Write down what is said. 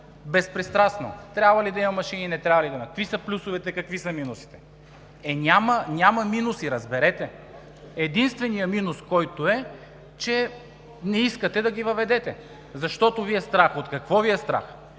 безпристрастно – трябва ли да има машини, не трябва ли да има, какви са плюсовете, какви са минусите. Е няма минуси, разберете. Единственият минус, който е, е, че не искате да ги въведете, защото Ви е страх. От какво Ви е страх?